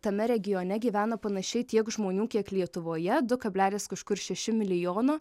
tame regione gyvena panašiai tiek žmonių kiek lietuvoje du kablelis kažkur šeši milijono